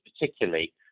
particularly